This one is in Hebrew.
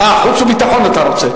חוץ וביטחון, אתה רוצה.